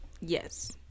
yes